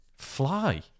fly